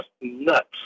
nuts